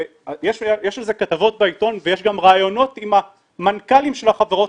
יש רשויות מקומיות שמתקינים את ה-wifi בבתי ספר בגלל בעיות